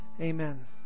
amen